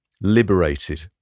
liberated